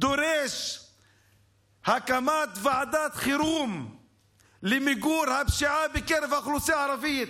דורש הקמת ועדת חירום למיגור הפשיעה בקרב האוכלוסייה הערבית.